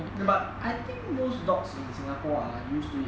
okay but I think most dogs in singapore are used to it